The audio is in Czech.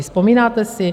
Vzpomínáte si?